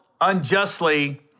unjustly